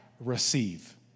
Receive